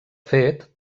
fet